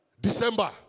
December